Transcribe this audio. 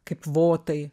kaip votai